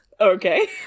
Okay